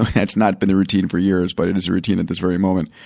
has not been the routine for years, but it is the routine at this very moment.